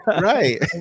right